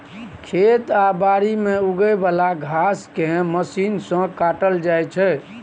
खेत आ बारी मे उगे बला घांस केँ मशीन सँ काटल जाइ छै